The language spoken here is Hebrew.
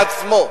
בעצמו.